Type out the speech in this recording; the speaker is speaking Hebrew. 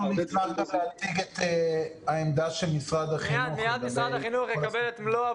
אנחנו כבר הצגנו לאביגדור רפורמה במערך בתי הספר,